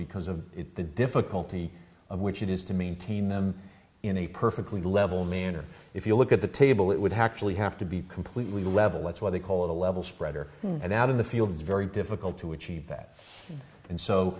because of the difficulty of which it is to maintain them in a perfectly level manner if you look at the table it would have actually have to be completely level that's why they call it a level spreader and out of the field it's very difficult to achieve that and so